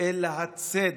אלא הצדק.